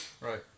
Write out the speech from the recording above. Right